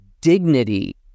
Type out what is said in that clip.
dignity